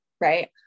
right